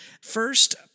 First